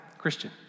Christian